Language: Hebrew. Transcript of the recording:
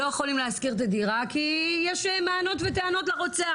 לא יכולים להשכיר את הדירה כי יש מענות וטענות לרוצח.